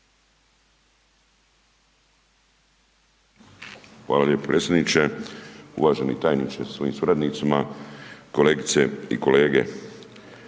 Hvala lijepo predsjedniče. Uvaženi tajniče sa svojim suradnicima, kolegice i kolege.